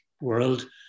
world